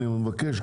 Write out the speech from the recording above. אני מבקש,